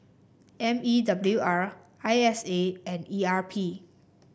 M E W R I S A and E R P